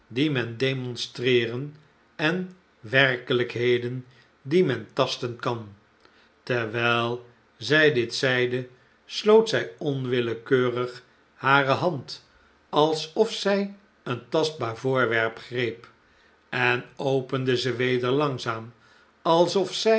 men demonstreeren eh werkelijkheden die men tasten kan terwijl zij dit zeide sloot zij onwillekeurig hare hand alsof zij een tastbaar voorwerp greep en opende ze weder langzaam alsof zij